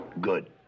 Good